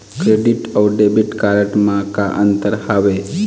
Credit अऊ debit card म का अंतर हावे?